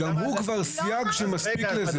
כבר סייג שמספיק לזה.